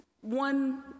one